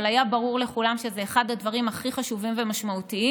אבל היה ברור לכולם שזה אחד הדברים הכי חשובים ומשמעותיים,